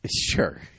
Sure